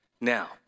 Now